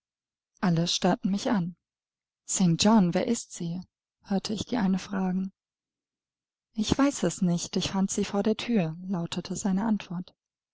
alle starrten mich an st john wer ist sie hörte ich die eine fragen ich weiß es nicht ich fand sie vor der thür lautete seine antwort